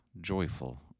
joyful